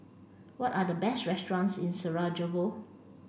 what are the best restaurants in Sarajevo